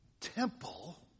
temple